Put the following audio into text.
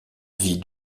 vit